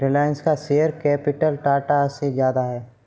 रिलायंस का share capital Tata से ज्यादा है